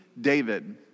David